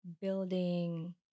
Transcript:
building